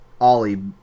Ollie